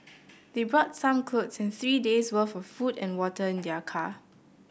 they brought some clothes and three days' worth of food and water in their car